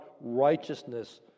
righteousness